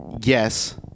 Yes